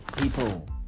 people